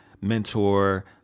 mentor